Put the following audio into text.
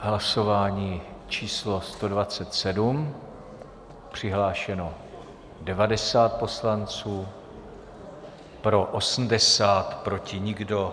Hlasování číslo 127, přihlášeno 90 poslanců, pro 80, proti nikdo.